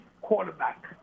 quarterback